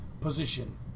position